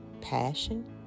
passion